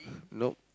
nope